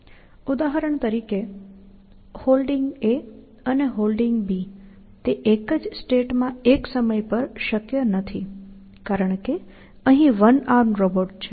ઉદાહરણ તરીકે Holding અને Holding તે એક જ સ્ટેટમાં એક સમય પર શક્ય નથી કારણ કે અહીં વન આર્મ રોબોટ છે